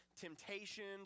temptations